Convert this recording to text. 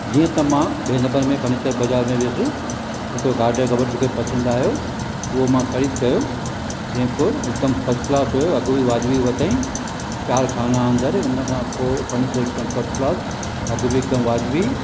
जीअं त मां हिन पर फर्नीचर बाज़ारि में वियसि हिकु घाटि जो कवर मूंखे पसंदि आहियो उहो मां ख़रीद कयो जेको हिकदमि फ़स्ट क्लास हुओ अघु बि वाज़िबी वरितई चारि खाना अंदरि हुन खां पोइ फर्नीचर हिकदमि फ़स्ट क्लास अघु बि हिकदमि वाजिबी